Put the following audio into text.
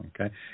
Okay